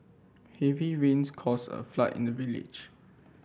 heavy rains caused a flood in the village